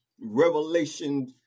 Revelation